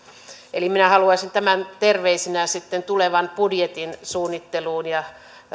eli minä haluaisin terveisinä sitten tulevan budjetin suunnitteluun ja